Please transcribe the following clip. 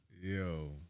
yo